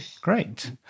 Great